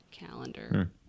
calendar